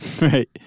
Right